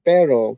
Pero